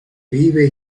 vive